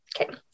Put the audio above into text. Okay